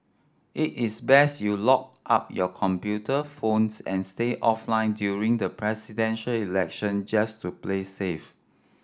it is best you locked up your computer phones and stay offline during the Presidential Election just to play safe